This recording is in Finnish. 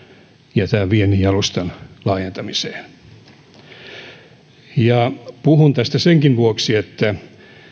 ja viennin jalustan laajentamiseen puhun tästä senkin vuoksi että